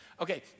Okay